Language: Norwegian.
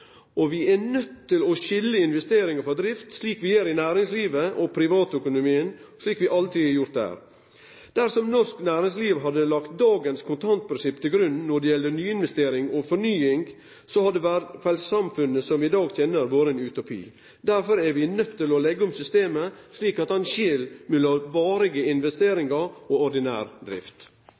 og vi er nøydde til å skilje investeringar frå drift, slik vi gjer i næringslivet og privatøkonomien – slik vi alltid har gjort der. Dersom norsk næringsliv hadde lagt dagens kontantprinsipp til grunn når det gjeld nyinvestering og fornying, hadde det velferdssamfunnet som vi i dag kjenner, vore ein utopi. Derfor er vi nøydde til å leggje om systemet, slik at ein skil mellom varige investeringar og ordinær drift.